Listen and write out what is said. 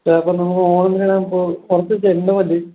ആ നമുക്ക് ഓണത്തിന് അപ്പോൾ കുറച്ചു ചെണ്ടുമല്ലി